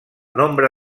nombre